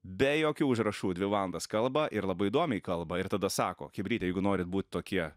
be jokių užrašų dvi valandas kalba ir labai įdomiai kalba ir tada sako chebryte jeigu norit būt tokie